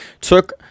took